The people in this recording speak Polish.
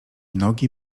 nogi